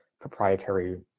proprietary